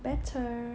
better